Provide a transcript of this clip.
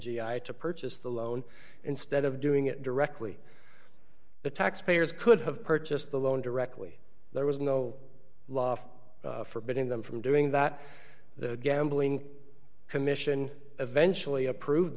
g i to purchase the loan instead of doing it directly the taxpayers could have purchased the loan directly there was no law forbidding them from doing that the gambling commission eventually approve